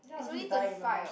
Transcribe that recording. then I will just die in my mum's